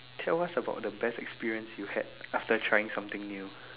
tell us about the best experience you had after trying something new